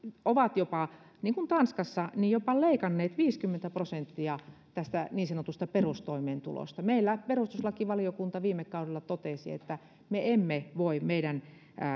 ovat jopa niin kuin tanskassa leikanneet viisikymmentä prosenttia niin sanotusta perustoimeentulosta meillä perustuslakivaliokunta viime kaudella totesi että me emme voi meidän